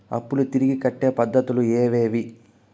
అప్పులు తిరిగి కట్టే పద్ధతులు ఏవేవి